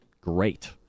Great